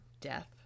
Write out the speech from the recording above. death